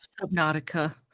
Subnautica